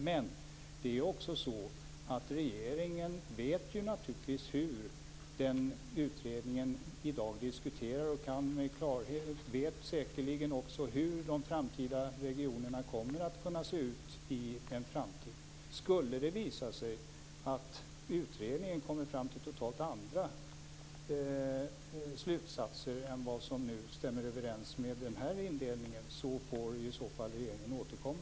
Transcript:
Men det är också så att regeringen naturligtvis vet hur den utredningen i dag diskuterar och säkerligen också vet hur regionerna kommer att se ut i framtiden. Skulle det visa sig att utredningen kommer fram till totalt andra slutsatser än att de stämmer överens med den här indelningen får regeringen i så fall återkomma.